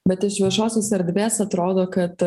bet iš viešosios erdvės atrodo kad